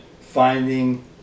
Finding